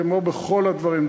כמו בכל הדברים,